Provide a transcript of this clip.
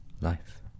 life